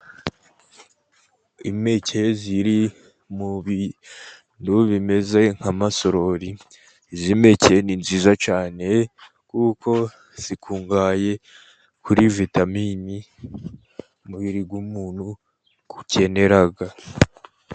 Impeke ziri mu bintu bimeze nk'amasorori, izi impeke ni nziza cyane kuko zikungahaye kuri vitamini, umubiri w'umuntu ukenera.